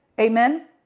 Amen